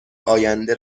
آینده